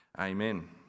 amen